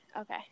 Okay